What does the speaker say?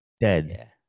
Dead